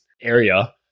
area